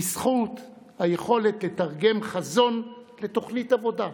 בזכות היכולת לתרגם חזון לתוכנית עבודה.